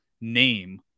name